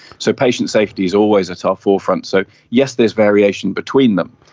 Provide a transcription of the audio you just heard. so patient safety is always at our forefront. so yes, there is variation between them,